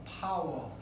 power